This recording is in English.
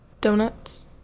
Donuts